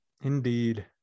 indeed